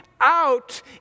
out